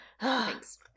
Thanks